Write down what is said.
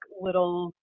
little